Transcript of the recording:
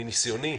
מניסיוני: